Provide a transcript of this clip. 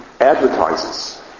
advertises